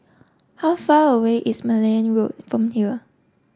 how far away is Malan Road from here